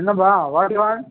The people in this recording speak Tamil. என்னப்பா வாங்கப்பா